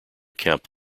camp